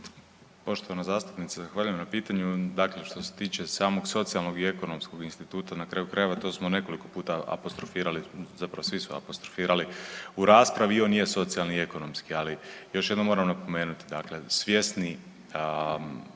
Poštovana zastupnice zahvaljujem na pitanju. Dakle što se tiče samog socijalnog i ekonomskog instituta na kraju krajeva to smo nekoliko puta apostrofirali, zapravo svi su apostrofirali u raspravi i on nije socijalni i ekonomski, ali još jednom moram napomenuti. Dakle, svjesni